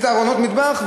עשית ארונות מטבח?